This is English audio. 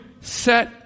set